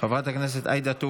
חבר הכנסת איימן עודה,